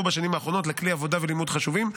בשנים האחרונות לכלי עבודה ולימוד חשובים,